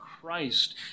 Christ